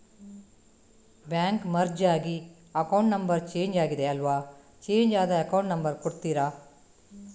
Bank merge ಆಗಿ account number change ಆಗಿದೆ ಅಲ್ವಾ, ಚೇಂಜ್ ಆದ ಅಕೌಂಟ್ ನಂಬರ್ ಕೊಡ್ತೀರಾ?